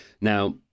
Now